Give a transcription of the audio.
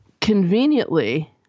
Conveniently